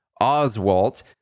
Oswalt